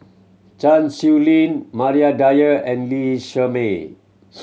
Chan Sow Lin Maria Dyer and Lee Shermay